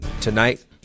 tonight